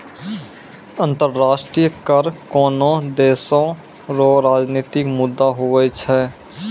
अंतर्राष्ट्रीय कर कोनोह देसो रो राजनितिक मुद्दा हुवै छै